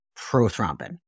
prothrombin